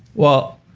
well,